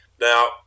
Now